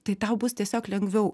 tai tau bus tiesiog lengviau